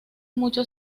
muchos